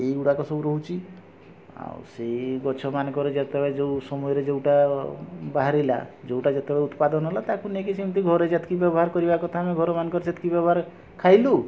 ଏଇଗୁଡ଼ାକ ସବୁ ରହୁଛି ଆଉ ସେଇ ଗଛମାନଙ୍କରେ ଯେତେବେଳେ ଯେଉଁ ସମୟରେ ଯେଉଁଟା ବାହାରିଲା ଯେଉଁଟା ଯେତେବେଳେ ଉତ୍ପାଦନ ହେଲା ତାକୁ ନେଇକି ସେମିତି ଘରେ ଯେତିକି ବ୍ୟବହାର କରିବା କଥା ଆମେ ଘରମାନଙ୍କରେ ସେତିକି ବ୍ୟବହାର ଖାଇଲୁ